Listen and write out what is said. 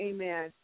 Amen